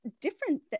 different